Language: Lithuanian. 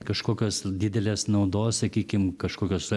kažkokios didelės naudos sakykim kažkokios